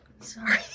Sorry